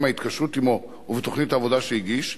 ההתקשרות עמו ובתוכנית העבודה שהגיש,